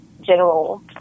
general